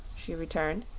she returned.